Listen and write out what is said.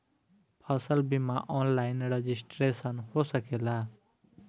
फसल बिमा online registration हो सकेला?